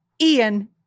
Ian